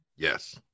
Yes